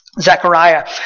Zechariah